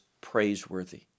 praiseworthy